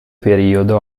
periodo